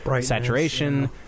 saturation